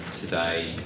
today